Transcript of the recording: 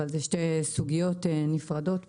אבל אלו שתי סוגיות נפרדות פה.